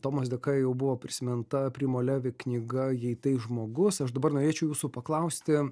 tomos dėka jau buvo prisiminta primo levi knyga jei tai žmogus aš dabar norėčiau jūsų paklausti